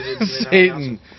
Satan